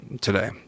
today